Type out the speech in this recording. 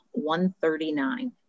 139